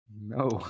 No